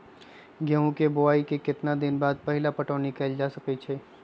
गेंहू के बोआई के केतना दिन बाद पहिला पटौनी कैल जा सकैछि?